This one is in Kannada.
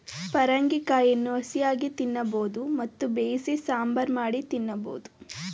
ಪರಂಗಿ ಕಾಯಿಯನ್ನು ಹಸಿಯಾಗಿ ತಿನ್ನಬೋದು ಮತ್ತು ಬೇಯಿಸಿ ಸಾಂಬಾರ್ ಮಾಡಿ ತಿನ್ನಬೋದು